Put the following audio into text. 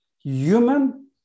human